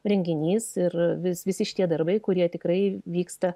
renginys ir vis visi šitie darbai kurie tikrai vyksta